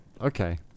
Okay